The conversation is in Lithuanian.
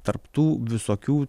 tarp tų visokių